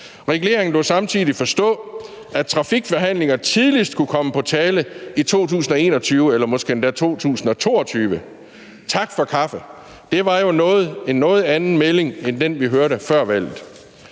Regeringen lod samtidig forstå, at trafikforhandlinger tidligst kunne komme på tale i 2021 eller måske endda 2022. Tak for kaffe. Det var jo en noget anden melding end den, vi hørte før valget.